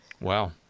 Wow